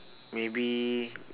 maybe